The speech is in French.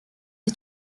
est